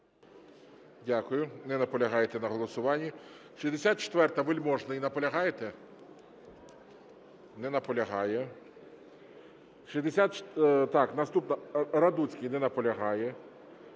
Дякую. Не наполягаєте на голосуванні. 64-а, Вельможний. Наполягаєте? Не наполягає. Наступна. Радуцький. Не наполягає.